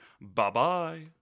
bye-bye